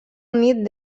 unit